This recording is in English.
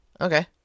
Okay